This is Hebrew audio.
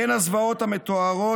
בין הזוועות המתוארות,